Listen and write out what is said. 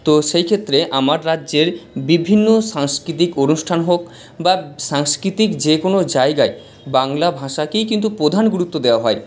তো সেই ক্ষেত্রে আমার রাজ্যের বিভিন্ন সাংস্কৃতিক অনুষ্ঠান হোক বা সাংস্কৃতিক যে কোনও জায়গায় বাংলা ভাষাকেই কিন্তু প্রধান গুরুত্ব দেওয়া হয়